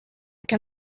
can